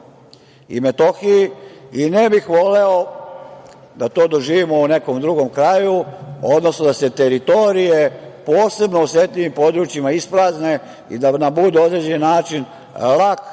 na KiM i ne bih voleo da to doživimo u nekom drugom kraju, odnosno da se teritorije posebno u osetljivim područjima isprazne i da budu na određen način lak plen